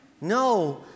No